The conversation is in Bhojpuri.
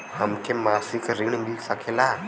हमके मासिक ऋण मिल सकेला?